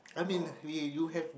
about